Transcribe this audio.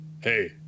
Hey